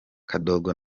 kadogo